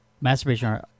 masturbation